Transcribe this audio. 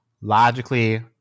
logically